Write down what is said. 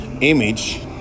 image